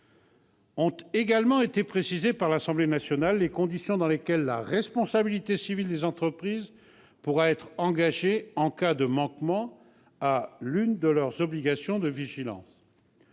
Ont également été précisées par l'Assemblée nationale les conditions dans lesquelles la responsabilité civile des entreprises pourra être engagée en cas de manquement à l'une de leurs obligations de vigilance.